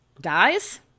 dies